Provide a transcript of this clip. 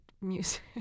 music